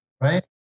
right